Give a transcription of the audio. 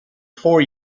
four